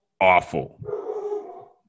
awful